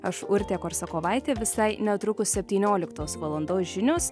aš urtė korsakovaitė visai netrukus septynioliktos valandos žinios